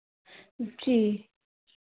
जी